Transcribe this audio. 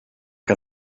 que